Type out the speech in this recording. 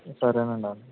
సరే అండి అలా